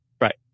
right